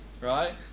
right